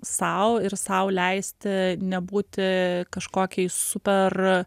sau ir sau leisti nebūti kažkokiai super